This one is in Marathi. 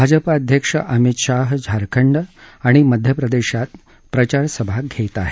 भाजपा अध्यक्ष अमित शाह झारखंड आणि मध्यप्रदेशात प्रचारसभा घेत आहेत